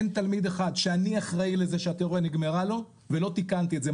אין תלמיד אחד שאני אחראי לזה שהתיאוריה נגמרה לו ולא תיקנתי את זה,